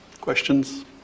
Questions